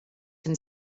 can